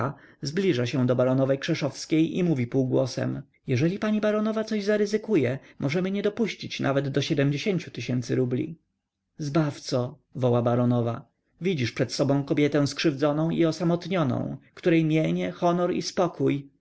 zbliża się do barowej krzeszowskiej i mówi półgłosem jeżeli pani baronowa coś zaryzykuje możemy nie dopuścić nawet do ciu tysięcy rubli zbawco woła baronowa widzisz przed sobą kobietę skrzywdzoną i osamotnioną której mienie honor i spokój